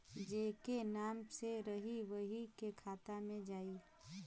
जेके नाम से रही वही के खाता मे जाई